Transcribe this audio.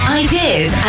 ideas